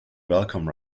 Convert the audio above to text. welcome